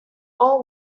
all